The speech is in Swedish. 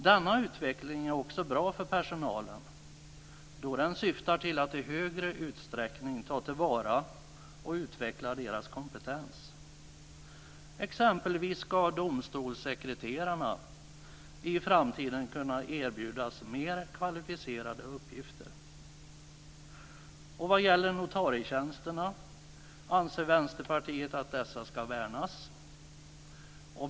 Denna utveckling är också bra för personalen, då den syftar till att i högre utsträckning ta till vara och utveckla deras kompetens. Exempelvis ska domstolssekreterarna i framtiden kunna erbjudas mer kvalificerade uppgifter. Vad gäller notarietjänsterna anser Vänsterpartiet att dessa ska värnas.